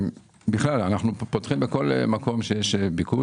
אנחנו פותחים בכל מקום שיש ביקוש.